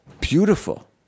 Beautiful